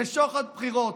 זה שוחד בחירות.